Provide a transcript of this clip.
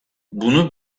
bunu